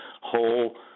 whole